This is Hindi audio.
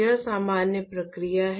यह सामान्य प्रक्रिया है